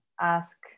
ask